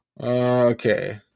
Okay